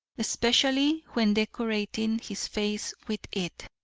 especially when decorating his face with it,